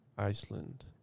Iceland